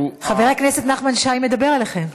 חבר הכנסת נחמן שי מדבר אליכם.